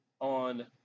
on